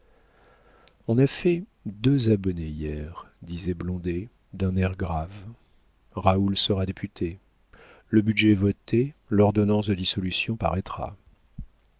on a fait deux abonnés hier disait blondet d'un air grave raoul sera député le budget voté l'ordonnance de dissolution paraîtra